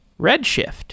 Redshift